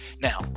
Now